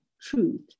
truth